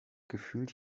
gefühlt